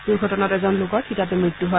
দুৰ্ঘটনাত এজন লোকৰ থিতাতে মৃত্যু হয়